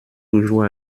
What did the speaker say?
toujours